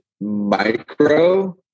micro